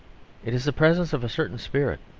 it is the presence of a certain spirit,